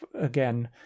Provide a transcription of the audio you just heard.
again